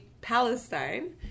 Palestine